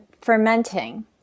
fermenting